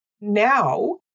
now